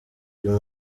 uyu